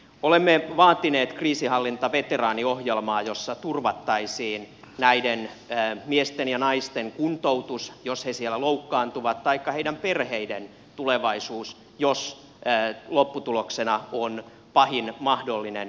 olemme vaatineet kriisinhallintaveteraaniohjelmaa jossa turvattaisiin näiden miesten ja naisten kuntoutus jos he siellä loukkaantuvat taikka heidän perheidensä tulevaisuus jos lopputuloksena on pahin mahdollinen tilanne